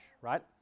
right